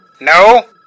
no